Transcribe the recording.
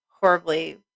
horribly